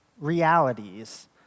realities